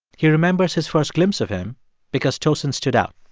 he remembers his first glimpse of him because tosin stood out